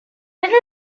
little